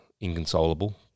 inconsolable